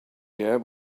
year